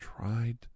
tried